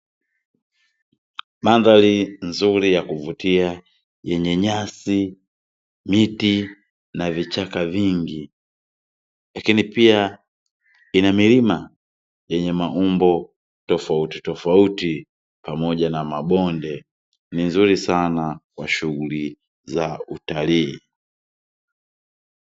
Mandhari nzuri ya kuvutia, yenye nyasi, miti na vichaka vingi. Lakini pia ina milima yenye maumbo tofautitofauti pamoja na mabonde. Ni nzuri sana kwa shughuli za utalii.